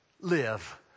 Live